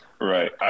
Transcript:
Right